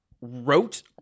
wrote